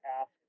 ask